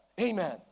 Amen